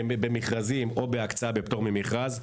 במכרזים או בהקצאה מתוך מכרז.